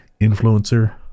influencer